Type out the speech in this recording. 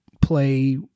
play